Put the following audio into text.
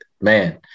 man